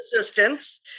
assistance